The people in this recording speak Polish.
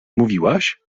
mówiłaś